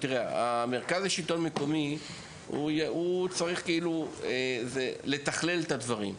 תראה, המרכז לשלטון מקומי צריך לתכלל את הדברים,